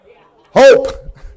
Hope